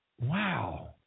wow